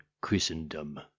Christendom